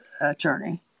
attorney